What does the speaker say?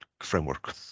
framework